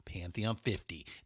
Pantheon50